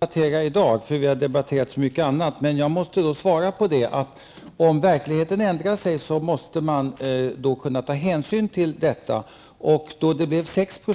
Herr talman! Jag trodde inte att vi skulle debattera barnbidraget i dag, då så mycket annat skall debatteras. För att ge ett svar här måste jag ändå säga att man, när verkligheten förändras, måste kunna ta hänsyn till det faktiska läget. Det blev